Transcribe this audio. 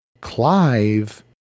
Clive